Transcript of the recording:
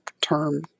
term